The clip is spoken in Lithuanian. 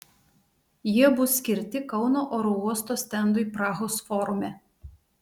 jie bus skirti kauno oro uosto stendui prahos forume